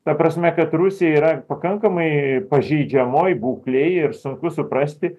ta prasme kad rusija yra pakankamai pažeidžiamoj būklėj ir sunku suprasti